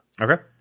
Okay